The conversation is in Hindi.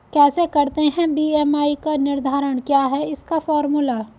कैसे करते हैं बी.एम.आई का निर्धारण क्या है इसका फॉर्मूला?